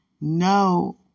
no